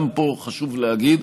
גם פה, חשוב להגיד,